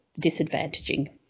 disadvantaging